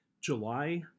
July